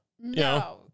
No